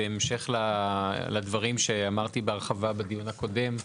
בהמשך לדברים שאמרתי בהרחבה בדיון הקודם,